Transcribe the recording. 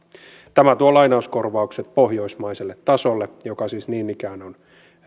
tämä tuo lainauskorvaukset pohjoismaiselle tasolle joka siis niin ikään on